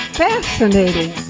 fascinating